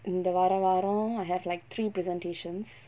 இந்த வார வாரோ:intha vara vaaro I have like three presentations